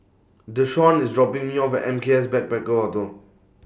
Deshaun IS dropping Me off M K S Backpackers Hotel